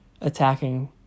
attacking